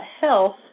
health